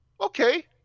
Okay